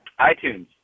iTunes